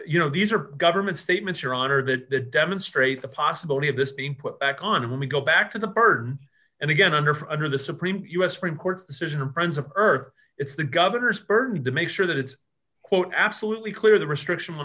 you know these are government statements your honor that demonstrate the possibility of this being put back on when we go back to the burden and again under for under the supreme u s supreme court decision or friends of earth it's the governor's burden to make sure that it's quote absolutely clear the restriction w